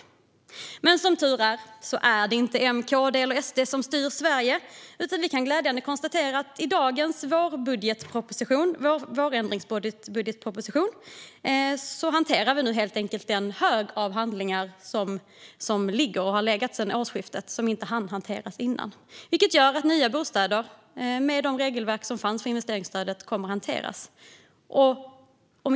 Det är dock, som tur är, inte M, KD eller SD som styr Sverige, utan vi kan glädjande konstatera att man genom dagens vårproposition hanterar den hög av ansökningar som har legat sedan årsskiftet och som inte hann hanteras före det. Det gör att nya bostäder, med de regelverk som fanns för investeringsstödet, kommer att hanteras.